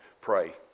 pray